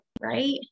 right